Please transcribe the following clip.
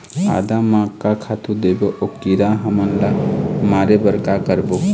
आदा म का खातू देबो अऊ कीरा हमन ला मारे बर का करबो?